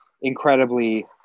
incredibly